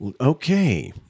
Okay